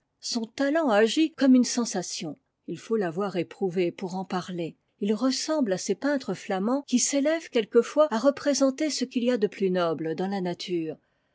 son talent agit comme une sensation il faut l'avoir éprouvée pour en parler il ressemble à ces peintres flamands qui s'élèvent quelquefois à représenter ce qu'il y a de plus noble dans la nature